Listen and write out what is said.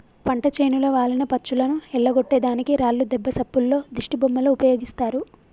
పంట చేనులో వాలిన పచ్చులను ఎల్లగొట్టే దానికి రాళ్లు దెబ్బ సప్పుల్లో దిష్టిబొమ్మలు ఉపయోగిస్తారు